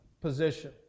position